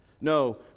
No